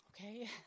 Okay